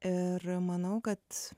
ir manau kad